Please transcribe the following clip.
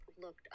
looked